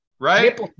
right